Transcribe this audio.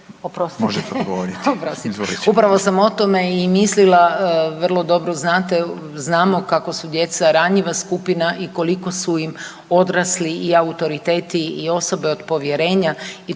oprostite, upravo sam o tome i mislila. Vrlo dobro znate, znamo kako su djeca ranjiva skupina i koliko su im odrasli i autoriteti i osobe od povjerenja